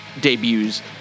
debuts